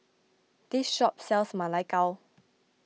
this shop sells Ma Lai Gao